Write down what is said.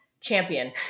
champion